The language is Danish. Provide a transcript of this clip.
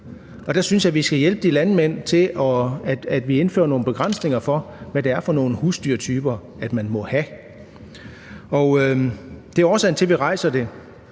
og der synes, vi skal hjælpe de landmænd, ved at vi indfører nogle begrænsninger for, hvad det er for nogle husdyrtyper, man må have. Det er årsagen til, at vi rejser